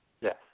Yes